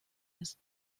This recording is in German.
ist